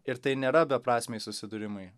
ir tai nėra beprasmiai susidūrimai